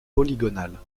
polygonale